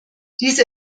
diese